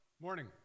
Morning